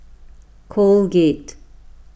Colgate